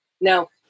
Now